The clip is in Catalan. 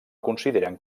consideren